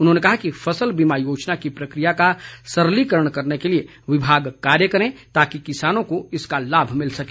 उन्होंने कहा कि फसल बीमा योजना की प्रक्रिया का सरलीकरण करने के लिए विभाग कार्य करें ताकि किसानों को इसका लाभ मिल सके